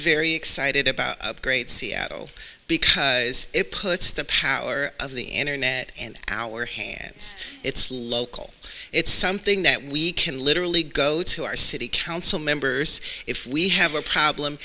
very excited about the great seattle because apes it's the power of the internet and our hands it's local it's something that we can literally go to our city council members if we have a problem